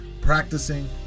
practicing